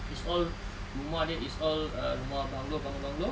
is all rumah dia is all uh rumah bungalow bungalow bungalow